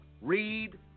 Read